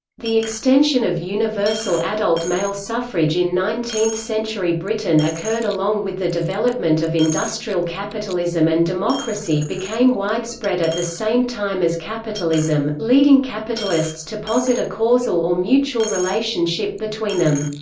the extension of universal adult male suffrage in nineteenth century britain occurred along with the development of industrial capitalism and democracy became widespread at the same time as capitalism, leading capitalists to posit a causal or mutual relationship between them.